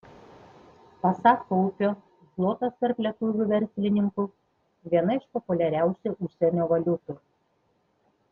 pasak kaupio zlotas tarp lietuvių verslininkų viena iš populiariausių užsienio valiutų